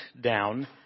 down